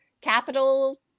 capital